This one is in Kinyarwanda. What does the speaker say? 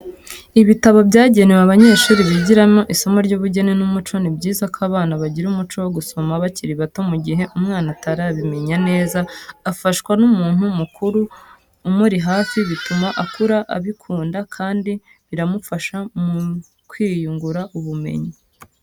Ibitabo byagewe abanyeshuri bigiramo isomo ry'ubugeni n'umuco, ni byiza ko abana bagira umuco wo gusoma bakiri bato mu gihe umwana atarabimenya neza agafaswa n'umuntu mukuru umuri hafi bituma akura abikunda kandi biramufasha mu kwiyungura ubumenyi .